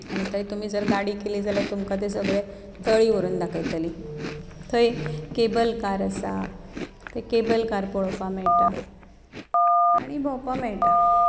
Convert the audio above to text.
आनी थंय तुमी जर गाडी केली जाल्यार तुमकां ते सगळें तळी व्हरून दाखयतलीं थंय कॅबल कार आसा थंय कॅबल कार पळोवपाक मेळटा आनी भोंवपा मेळटा